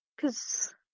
cause